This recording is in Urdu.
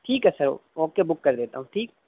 ٹھیک ہے سر اوکے بک کر دیتا ہوں ٹھیک